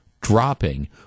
dropping